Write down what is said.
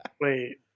Wait